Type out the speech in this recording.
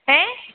ഏ